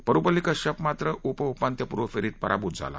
परुपल्ली कश्यप मात्र उपउपांत्यपूर्व फेरीत पराभूत झाला